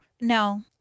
No